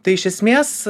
tai iš esmės